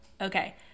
okay